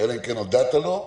אלא אם כן הודעת לו,